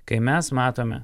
kai mes matome